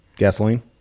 Gasoline